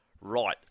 Right